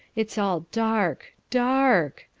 it's all dark, dark.